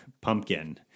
pumpkin